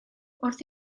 wrth